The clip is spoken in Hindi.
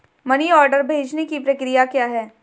मनी ऑर्डर भेजने की प्रक्रिया क्या है?